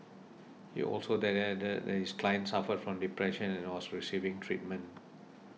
he also added that his client suffered from depression and was receiving treatment